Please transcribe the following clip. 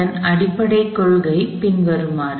அதன் அடிப்படைக் கொள்கை பின்வருமாறு